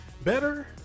better